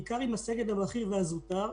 בעיקר עם הסגל הבכיר והזוטר,